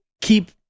keep